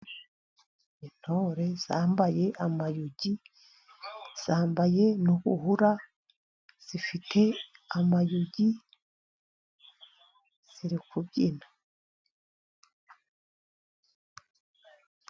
Intore zambaye amayugi, zambaye n'ubuhura, zifite amayugi, ziri kubyina.